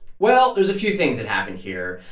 well, there's a few things that happened here,